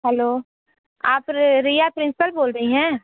hello आप Riya principal बोल रही हैं